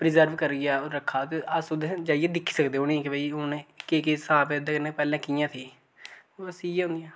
preserve करियै रक्खे दे ते अस ओह्दे जाइयै दिक्खी सकदे उ'नेंगी के भई उ'नें केह् केह् स्हाब ऐ ओह्दे कन्नै पैह्ले कि'यां थे बस इ'यै होंदियां